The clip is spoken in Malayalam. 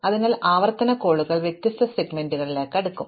അതിനാൽ ആവർത്തന കോളുകൾ വ്യത്യസ്ത സെഗ്മെന്റുകൾ അടുക്കും